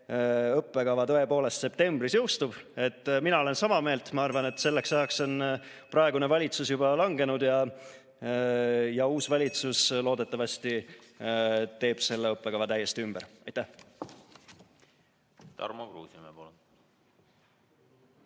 õppekava tõepoolest septembris jõustub. (Juhataja helistab kella.) Mina olen sama meelt, ma arvan, et selleks ajaks on praegune valitsus juba langenud ja uus valitsus loodetavasti teeb selle õppekava täiesti ümber. Aitäh!